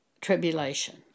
tribulation